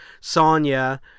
Sonya